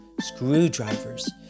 screwdrivers